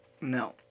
No